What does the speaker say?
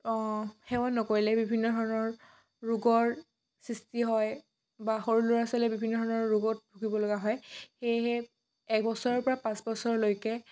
অঁ সেৱন নকৰিলে বিভিন্ন ধৰণৰ ৰোগৰ সৃষ্টি হয় বা সৰু ল'ৰা ছোৱালীয়ে বিভিন্ন ধৰণৰ ৰোগত ভুগিবলগা হয় সেয়েহে এবছৰৰ পৰা পাঁচবছৰলৈকে